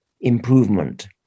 improvement